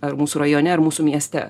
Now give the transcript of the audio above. ar mūsų rajone ar mūsų mieste